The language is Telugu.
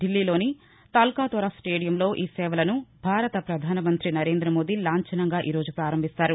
ఢిల్లీలోని తల్కతోరా స్లేదియంలో ఈ సేవలను భారత ప్రధానమంతి నరేంద్రమోదీ లాంఛనంగా ఈ రోజు ప్రారంభిస్తారు